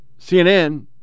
CNN